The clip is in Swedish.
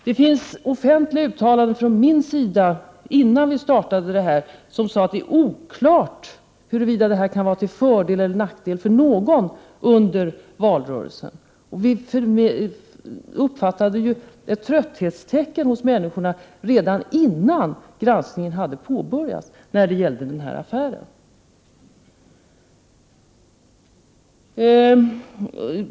Det finns offentliga uttalanden från min sida, gjorda innan vi startade granskningen, där jag sade att det är oklart huruvida denna affär kan vara till fördel eller till nackdel för någon under valrörelsen. Vi uppfattade trötthetstecken hos människorna redan innan granskningen hade påbörjats när det gällde den här affären.